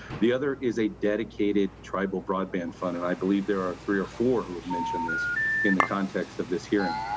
the other is a dedicated tribal broadband fund, and i believe there are three or four who have mentioned this in the context of this hearing.